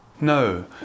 No